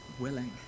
willing